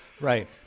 Right